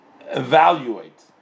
evaluate